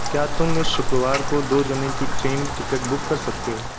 क्या तुम इस शुक्रवार को दो जने की ट्रेन टिकट बुक कर सकते हो